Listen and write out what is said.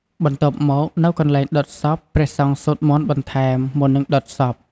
បន្ទាប់មក នៅកន្លែងដុតសព ព្រះសង្ឃសូត្រមន្តបន្ថែម មុននឹងដុតសព។